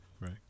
Right